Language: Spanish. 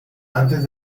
antes